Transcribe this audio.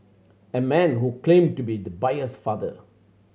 a man who claimed to be the buyer's father